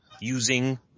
Using